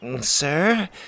Sir